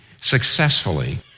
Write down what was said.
successfully